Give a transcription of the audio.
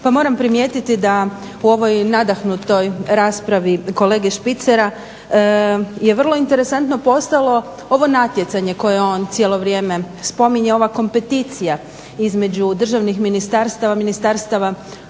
Pa moram primijetiti da u ovoj nadahnutoj raspravi kolege Špicera je vrlo interesantno postalo ovo natjecanje koje on cijelo vrijeme spominje, ova kompeticija između državnih ministarstava, ministarstava